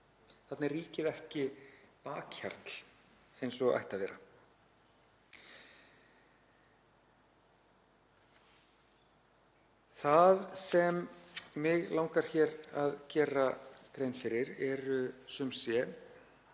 Þarna er ríkið ekki bakhjarl eins og ætti að vera. Það sem mig langar að gera grein fyrir eru sum